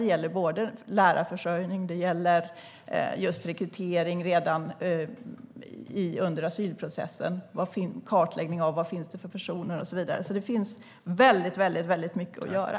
Det gäller såväl lärarförsörjning som rekrytering redan under asylprocessen - en kartläggning av vad för personer det finns, och så vidare. Det finns alltså väldigt mycket att göra.